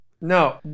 No